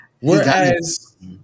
Whereas